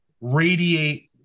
radiate